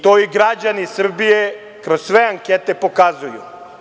To i građani Srbije kroz sve ankete pokazuju.